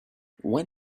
when